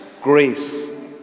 grace